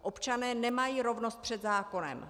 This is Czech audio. Občané nemají rovnost před zákonem.